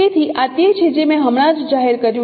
તેથી આ તે છે જે મેં હમણાં જ જાહેર કર્યું છે